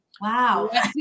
Wow